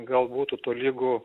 galbūt tolygu